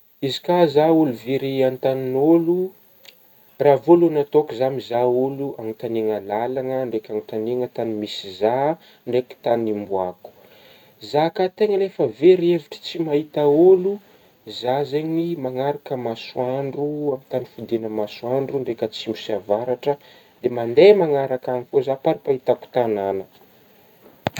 Izy ka zah ôlo very an-tagnin'ôlo raha voalohany ataoko zah mizaha ôlo anontagniagna lalagna ndraiky anotagniagna tagny misy zah ndraiky tagny ombako, zah ka tegna le efa very hevitry tsy mahita ôlo zah zegny magnaraka masoandro amin'ny tagny fodiagna masoandro ndraika atsimo sy avaratra de mandeha magnaraka agny fô za parapahitako tagnagna.